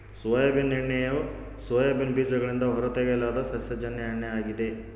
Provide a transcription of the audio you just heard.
soybean ಎಣ್ಣೆಯು soybean ಬೀಜಗಳಿಂದ ಹೊರತೆಗೆಯಲಾದ ಸಸ್ಯಜನ್ಯ ಎಣ್ಣೆ ಆಗಿದೆ